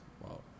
wow